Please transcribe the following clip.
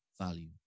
value